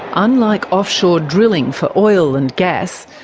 unlike offshore drilling for oil and gas,